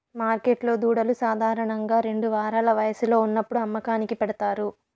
మార్కెట్లో దూడలు సాధారణంగా రెండు వారాల వయస్సులో ఉన్నప్పుడు అమ్మకానికి పెడతారు